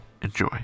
Enjoy